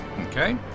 Okay